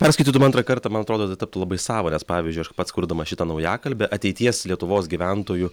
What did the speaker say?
perskaitytum antrą kartą man atrodo tai taptų labai sava nes pavyzdžiui aš pats kurdamas šitą naujakalbę ateities lietuvos gyventojų